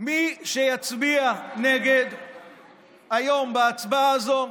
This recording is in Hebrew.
מי שיצביע נגד היום, בהצבעה הזאת,